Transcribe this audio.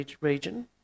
region